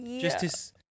justice